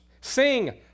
Sing